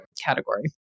category